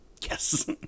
Yes